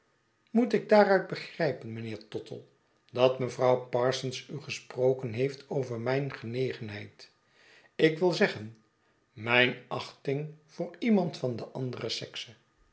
moet ik daaruit begrijpen mijnheer tottle dat mevrouw parsons u gesproken heeft over mijn genegenheid ik wil zeggen mijn achting voor iemand van de andere sekse